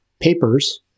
Papers